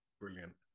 brilliant